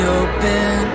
open